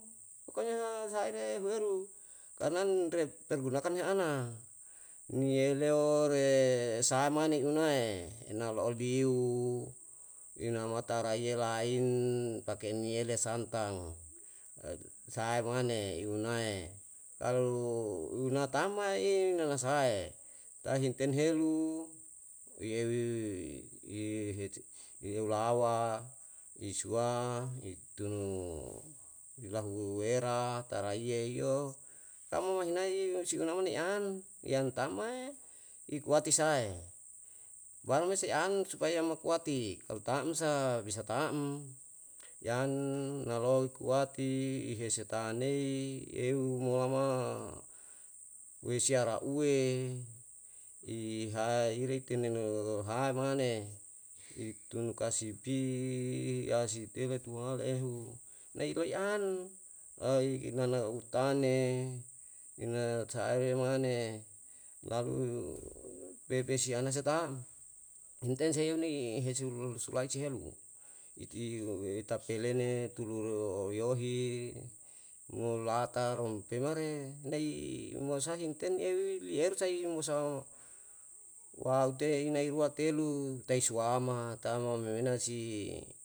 Pokonya saere huaru kananpergunanyaany neureure saha mane unae na lauliu enamata reye lain pakeinele santan saemane yunae kalu yunatama mae yunatama nala sae tahe hiten helu yei yeulawa witunwa taraeyou kamongmahinae sinanoe na an kamong mahinae sinanoinaan yantaman ikowake sae baru moaan supaya makuwati kotohanmsa bisataham yan naloi ikowati etanei. eu muhama, wei seraue. ihae ire iruhai mane iton kasipi kasitelu tumalai ehu, neilei an inena utane, inana isae mane lalu pepesiana sita inten seuni surai suhelu itu tapelene, ituru yohi morata rompemare, neili monsahe ten eri lier mosa tama momenasi